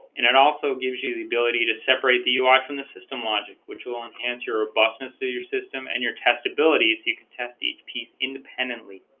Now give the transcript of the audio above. and it also gives you the ability to separate the ui ah from the system logic which will enhance your robustness of your system and your test abilities you can test each piece independently